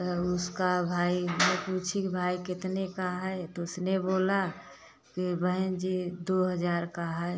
तो उसका भाई मैं पूछी कि भाई कितने का है तो उसने बोला कि बहन जी दो हजार का है